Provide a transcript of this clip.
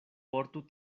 portu